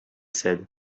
said